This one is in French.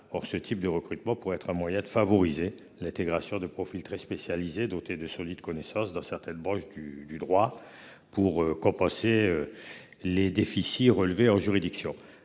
Or ce type de recrutement pour être un moyen de favoriser l'intégration de profils très spécialisés dotées de solides connaissances dans certaines branches du du droit pour compenser. Les déficits relevés en juridiction